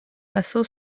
pasó